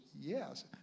yes